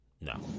No